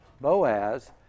Boaz